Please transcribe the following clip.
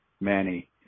Manny